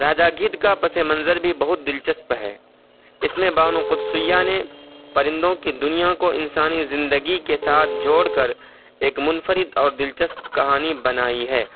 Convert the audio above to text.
راجا گدھ کا پسِ منظر بھی بہت دلچسپ ہے اس میں بانو قدسیہ نے پرندوں کی دنیا کو انسانی زندگی کے ساتھ جوڑ کر ایک منفرد اور دلچسپ کہانی بنائی ہے